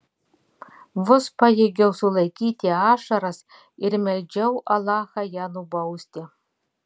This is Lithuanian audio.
vos pajėgiau sulaikyti ašaras ir meldžiau alachą ją nubausti